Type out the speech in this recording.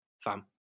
Fam